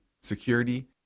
security